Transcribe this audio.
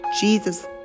jesus